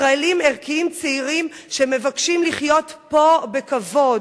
ישראלים ערכיים צעירים שמבקשים לחיות פה בכבוד,